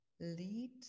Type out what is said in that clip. lead